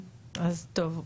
אז טוב.